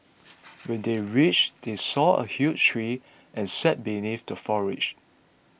when they reached they saw a huge tree and sat beneath the foliage